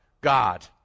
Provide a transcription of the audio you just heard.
God